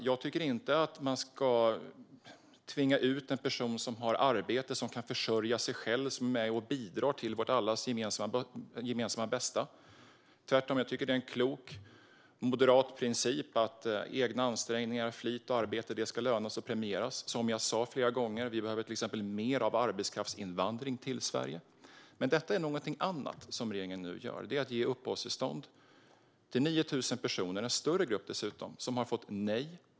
Jag tycker inte att man ska tvinga ut en person som har arbete, som kan försörja sig själv och som är med och bidrar till allas vårt gemensamma bästa. Tvärtom tycker jag att det är en klok moderat princip att egna ansträngningar, flit och arbete ska löna sig och premieras. Som jag flera gånger har sagt behöver vi till exempel mer av arbetskraftsinvandring till Sverige. Men det som regeringen nu gör är någonting annat, det är att till omfattande kostnader ge uppehållstillstånd för gymnasiestudier till 9 000 personer - en större grupp dessutom - som har fått nej.